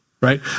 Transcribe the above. right